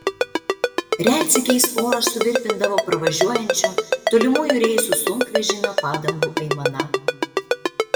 retsykiais orą suvirpindavo pravažiuojančio tolimųjų reisų sunkvežimio padangų aimana